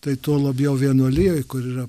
tai tuo labiau vienuolijoj kur yra